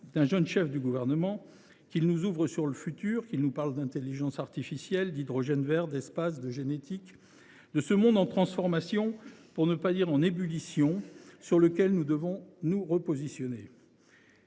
d’un jeune chef du Gouvernement qu’il nous ouvre sur le futur, qu’il nous parle d’intelligence artificielle, d’hydrogène vert, d’espace ou de génétique, en un mot de ce monde en transformation – pour ne pas dire en ébullition –, sur lequel nous devons nous repositionner.